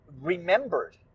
remembered